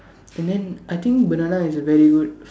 and then I think banana is a very good